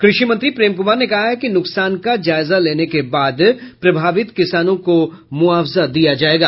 कृषि मंत्री प्रेम कुमार ने कहा है कि नुकसान का जायजा लेने के बाद प्रभावित किसानों को मुआवजा दिया जायेगा